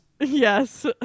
Yes